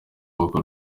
bakora